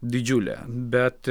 didžiulė bet